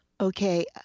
Okay